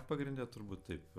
pagrinde turbūt taip